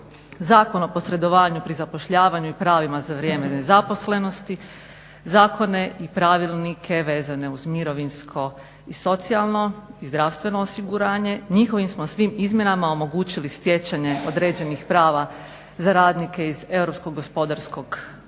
Zakon o posredovanju pri zapošljavanju i pravima za vrijeme nezaposlenosti, zakone i pravilnike vezano uz mirovinsko, socijalno i zdravstveno osiguranje. Njihovim smo svim izmjenama omogućili stjecanje određenih prava za radnike iz europskog gospodarskog prostora